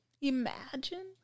Imagine